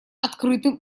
открытым